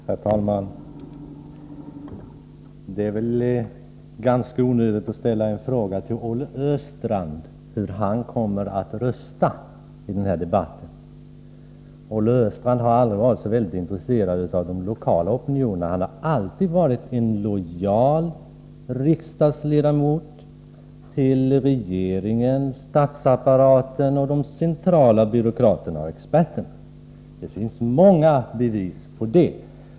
Herr talman! Det är väl ganska onödigt att fråga Olle Östrand hur han kommer att rösta i det här ärendet. Olle Östrand har aldrig varit särskilt intresserad av de lokala opinionerna; han har som riksdagsledamot alltid varit lojal mot regeringen, statsapparaten, de centrala byråkraterna och experterna. Det finns många exempel på det.